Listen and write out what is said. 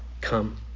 come